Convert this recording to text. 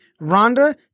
Rhonda